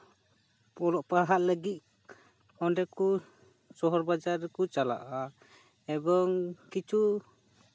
ᱚᱞᱚᱜ ᱯᱟᱲᱦᱟᱜ ᱞᱟᱹᱜᱤᱫ ᱚᱸᱰᱮ ᱠᱚ ᱥᱚᱦᱚᱨ ᱵᱟᱡᱟᱨ ᱨᱮᱠᱚ ᱪᱟᱞᱟᱜᱼᱟ ᱮᱵᱚᱝ ᱠᱤᱪᱷᱩ